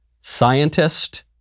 scientist